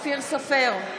אופיר סופר,